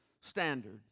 standard